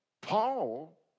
Paul